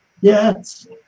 Yes